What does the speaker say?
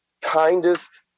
kindest